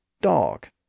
dog